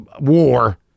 war